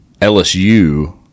LSU